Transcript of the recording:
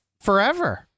forever